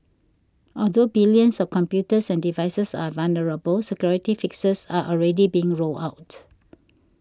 although billions of computers and devices are vulnerable security fixes are already being rolled out